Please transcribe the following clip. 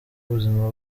ubuzima